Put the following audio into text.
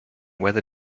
weather